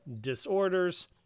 Disorders